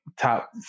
top